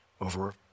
over